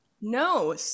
No